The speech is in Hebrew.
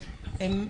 מים,